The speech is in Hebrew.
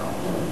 בבקשה.